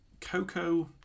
Coco